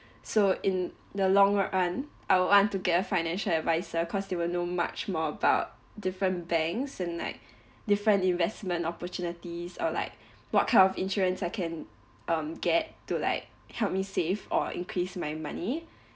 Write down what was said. so in the longer run I would want to get financial adviser cause they would know much more about different banks and like different investment opportunities or like what kind of insurance I can um get to like help me save or increase my money